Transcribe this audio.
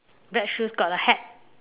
black shoes got a hat